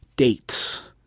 Dates